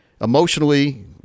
emotionally